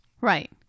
Right